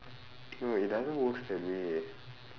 no wait it doesn't works that way